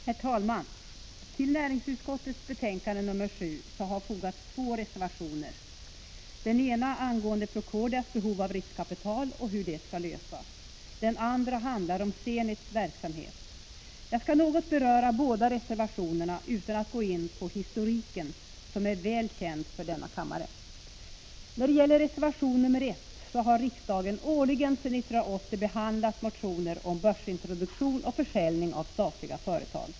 Herr talman! Till näringsutskottets betänkande nr 7 har fogats två reservationer. Den ena behandlar Procordias behov av riskkapital och frågan om hur detta skall tillgodoses. Den andra handlar om Zenits verksamhet. Jag skall något beröra båda reservationerna utan att gå in på historiken, som är väl känd för denna kammare. Beträffande reservation nr 1 vill jag säga att riksdagen sedan 1980 årligen har behandlat motioner om börsintroduktion och försäljning av statliga företag.